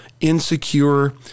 insecure